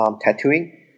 tattooing